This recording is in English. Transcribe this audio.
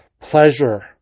pleasure